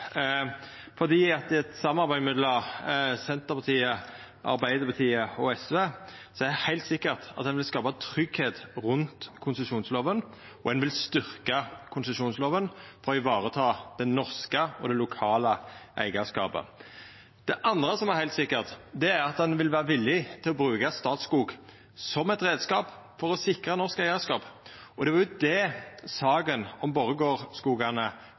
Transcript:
I eit samarbeid mellom Senterpartiet, Arbeidarpartiet og SV er det heilt sikkert at ein vil skapa tryggleik rundt konsesjonsloven, og ein vil styrkja konsesjonsloven og vareta den norske og den lokale eigarskapen. Det andre som er heilt sikkert, er at ein vil vera villig til å bruka Statskog som ein reiskap for å sikra norsk eigarskap. Det er jo det saka om